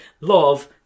love